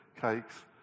cakes